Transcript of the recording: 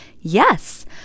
Yes